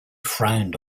frowned